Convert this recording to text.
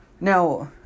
Now